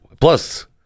Plus